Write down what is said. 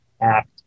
act